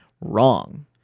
wrong